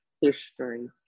history